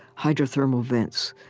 hydrothermal vents,